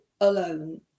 alone